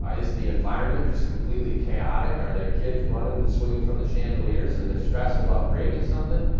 ah is the environment just completely chaotic, are there kids running and swinging from the chandeliers and they're stressed about breaking something?